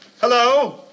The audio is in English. Hello